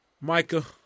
Micah